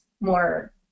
more